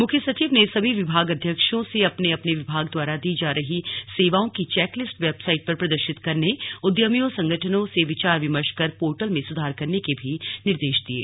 मुख्य सचिव ने सभी विभागाध्यक्षों से अपने अपने विभाग द्वारा दी जा रही सेवाओं की चेकलिस्ट वेबसाइट पर प्रदर्शित करने उदयमियों संगठनों से विचार विमर्श कर पोर्टल में सुधार करने के भी निर्देश दिये